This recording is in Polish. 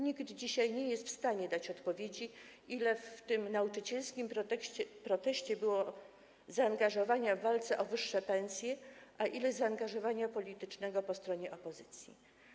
Nikt dzisiaj nie jest w stanie dać odpowiedzi, ile w tym nauczycielskim proteście było zaangażowania w walce o wyższe pensje, a ile zaangażowania politycznego po stronie opozycji.